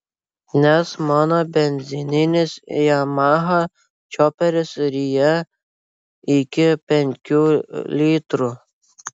nes mano benzininis yamaha čioperis ryja iki penkių litrų